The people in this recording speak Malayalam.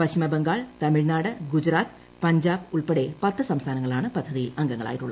പശ്ചിമ ബംഗാൾ തമിഴ്നാട് ഗുജറാത്ത് പഞ്ചാബ് ഉൾപ്പെടെ പത്ത് സംസ്ഥാനങ്ങളാണ് പദ്ധതിയിൽ അംഗങ്ങളായിട്ടുള്ളത്